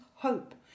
hope